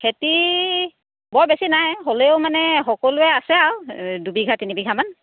খেতি বৰ বেছি নাই হ'লেও মানে সকলোৱে আছে আৰু দুবিঘা তিনি বিঘামান